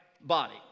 body